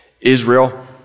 Israel